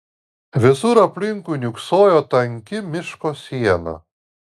visur aplinkui niūksojo tanki miško siena